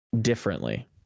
differently